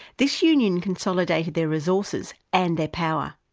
this union consolidated their resources and their power.